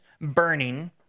burning